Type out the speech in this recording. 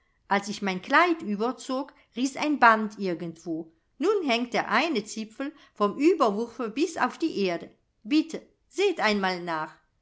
als ich mein kleid überzog riß ein band irgendwo nun hängt der eine zipfel vom ueberwurfe bis auf die erde bitte seht einmal nach